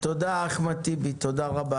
תודה רבה.